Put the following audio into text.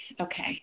okay